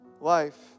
life